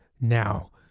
Now